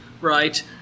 right